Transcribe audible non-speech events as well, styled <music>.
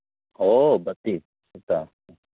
ꯑꯣ <unintelligible>